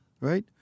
right